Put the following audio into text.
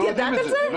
אני לא ידעתי על זה.